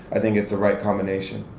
i think it's the right combination.